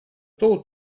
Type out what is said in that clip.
tow